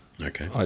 Okay